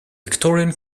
victorian